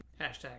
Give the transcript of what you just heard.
Hashtag